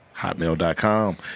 Hotmail.com